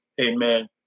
amen